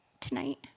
tonight